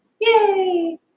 Yay